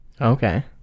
Okay